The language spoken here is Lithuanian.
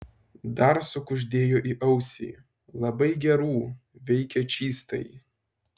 dar sukuždėjo į ausį labai gerų veikia čystai